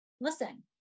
Listen